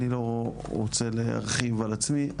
אני לא רוצה להרחיב על עצמי.